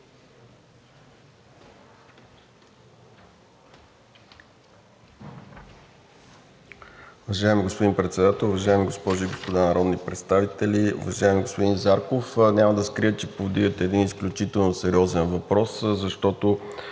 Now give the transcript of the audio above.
Уважаеми господин Председател, уважаеми госпожи и господа народни представители! Уважаеми господин Зарков, няма да скрия, че повдигате един изключително сериозен въпрос, защото